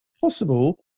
possible